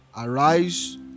Arise